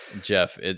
jeff